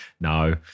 No